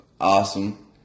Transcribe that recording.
awesome